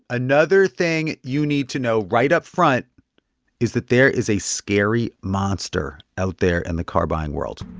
another thing you need to know right up front is that there is a scary monster out there in the car-buying world.